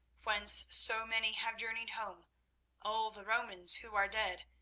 whence so many have journeyed home all the romans who are dead,